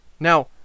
Now